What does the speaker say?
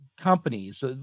companies